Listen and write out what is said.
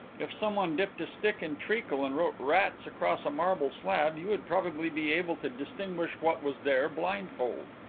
if someone dipped a stick in treacle and wrote rats across a marble slab you would probably be able to distinguish what was there, blindfold.